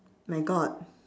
my god